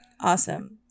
Awesome